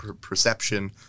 perception